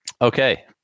okay